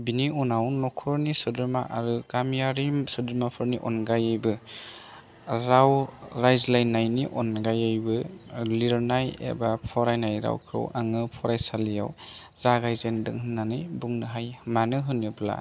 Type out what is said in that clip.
बिनि उनाव नखरनि सोद्रोमा आरो गामियारि सोद्रोमाफोरनि अनगायैबो राव रायज्लायनायनि अनगायैबो लिरनाय एबा फरायनाय रावखौ आङो फरायसालियाव जागायजेनदों होन्नानै बुंनो हायो मानो होनोब्ला